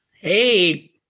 Hey